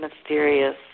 mysterious